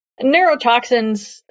neurotoxins